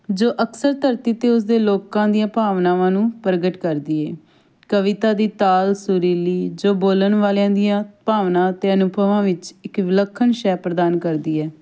ਜੋ ਅਕਸਰ ਧਰਤੀ 'ਤੇ ਉਸਦੇ ਲੋਕਾਂ ਦੀਆਂ ਭਾਵਨਾਵਾਂ ਨੂੰ ਪ੍ਰਗਟ ਕਰਦੀ ਏ ਕਵਿਤਾ ਦੀ ਤਾਲ ਸੁਰੀਲੀ ਜੋ ਬੋਲਣ ਵਾਲਿਆਂ ਦੀਆਂ ਭਾਵਨਾ ਅਤੇ ਅਨੁਭਵਾਂ ਵਿੱਚ ਇਕ ਵਿਲੱਖਣ ਸ਼ੈਅ ਪ੍ਰਦਾਨ ਕਰਦੀ ਹੈ